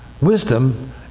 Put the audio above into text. wisdom